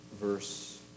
verse